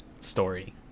story